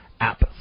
App